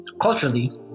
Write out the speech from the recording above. Culturally